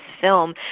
film